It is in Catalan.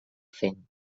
fent